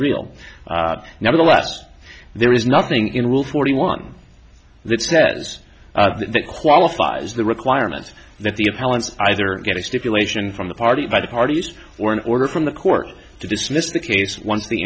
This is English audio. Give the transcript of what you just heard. real nevertheless there is nothing in rule forty one that says that qualifies the requirement that the appellant either get a stipulation from the party by the parties or an order from the court to dismiss the case once the